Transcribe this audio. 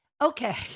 okay